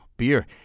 beer